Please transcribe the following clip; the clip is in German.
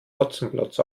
hotzenplotz